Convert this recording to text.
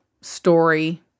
story